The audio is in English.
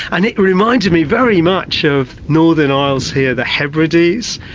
and it reminded me very much of northern isles here the hebrides.